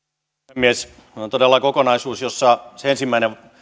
puhemies tämä on todella kokonaisuus jossa se ensimmäinen